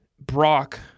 Brock